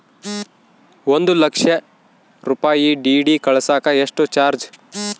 ಒಂದು ಲಕ್ಷ ರೂಪಾಯಿ ಡಿ.ಡಿ ಕಳಸಾಕ ಎಷ್ಟು ಚಾರ್ಜ್?